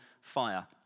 fire